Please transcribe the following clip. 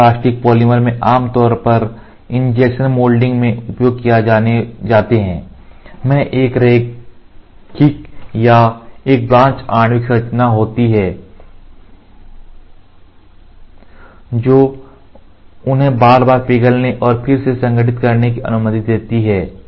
thermoplastic polymer जो आम तौर पर इंजेक्शन मोल्डिंग में उपयोग किए जाते हैं में एक रैखिक या एक ब्रांच आणविक संरचना होती है जो उन्हें बार बार पिघलने और फिर से संगठित करने की अनुमति देती है